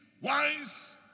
Wise